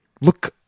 Look